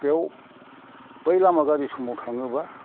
बेव बै लामा गाज्रि समाव थाङोबा